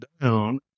down